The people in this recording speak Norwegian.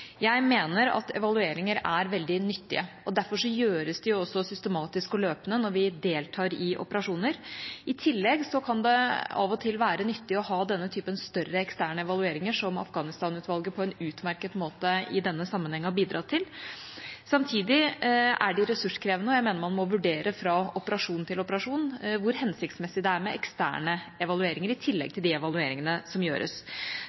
Jeg mener at evalueringer er veldig nyttige, og derfor gjøres det jo også systematisk og løpende når vi deltar i operasjoner. I tillegg kan det av og til være nyttig å ha denne typen større eksterne evalueringer, som Afghanistan-utvalget på en utmerket måte i denne sammenhengen har bidratt til. Samtidig er det ressurskrevende, og jeg mener man må vurdere fra operasjon til operasjon hvor hensiktsmessig det er med eksterne evalueringer i tillegg til de evalueringene som gjøres.